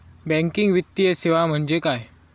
Banking वित्तीय सेवा म्हणजे काय?